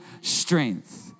strength